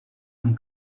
amb